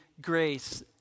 grace